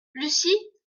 lucie